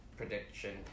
prediction